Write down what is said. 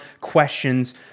questions